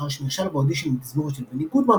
לאחר שנכשל באודישן לתזמורת של בני גודמן,